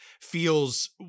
feels –